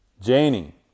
Janie